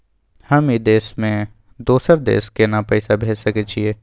हम ई देश से दोसर देश केना पैसा भेज सके छिए?